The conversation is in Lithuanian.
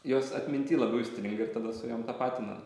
jos atminty labiau įstringa ir tada su jom tapatina